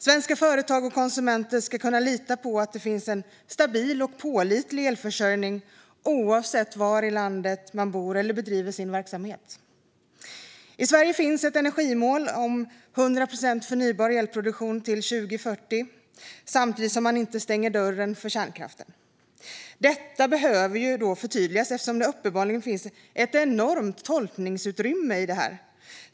Svenska företag och konsumenter ska kunna lita på att det finns en stabil och pålitlig elförsörjning, oavsett var i landet man bor eller bedriver sin verksamhet. I Sverige finns ett energimål om 100 procent förnybar elproduktion till 2040 samtidigt som man inte stänger dörren för kärnkraften. Detta behöver förtydligas eftersom det uppenbarligen finns ett enormt tolkningsutrymme.